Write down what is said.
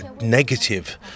negative